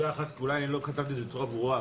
רק נקודה אחת כי אולי לא כתבתי את זה בצורה ברורה.